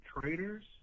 traders